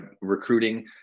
recruiting